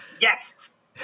yes